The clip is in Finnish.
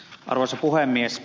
arvoisa puhemies